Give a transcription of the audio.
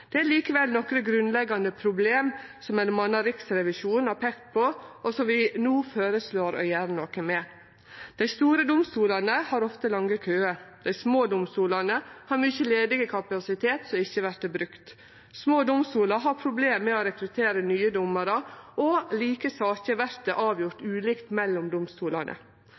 Det er likevel nokre grunnleggjande problem som m.a. Riksrevisjonen har peikt på, og som vi no føreslår å gjere noko med. Dei store domstolane har ofte lange køar, dei små domstolane har mykje ledig kapasitet som ikkje vert brukt. Små domstolar har problem med å rekruttere nye domarar, og like saker vert avgjorde ulikt mellom domstolane.